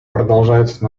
продолжаются